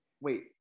Wait